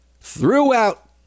throughout